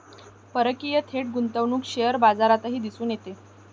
परकीय थेट गुंतवणूक शेअर बाजारातही दिसून येते